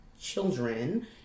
children